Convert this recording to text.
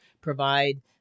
provide